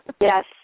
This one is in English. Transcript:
Yes